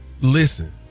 listen